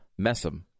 Messam